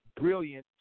brilliant